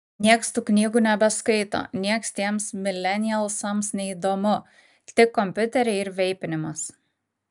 nieks tų knygų nebeskaito nieks tiems milenialsams neįdomu tik kompiuteriai ir veipinimas